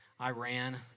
Iran